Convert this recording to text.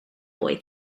boy